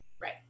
Right